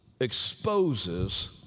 exposes